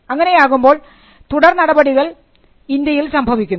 അങ്ങനെയാകുമ്പോൾ തുടർ നടപടി ക്രമങ്ങൾ ഇന്ത്യയിൽ സംഭവിക്കുന്നു